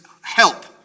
help